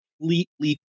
completely